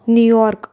New York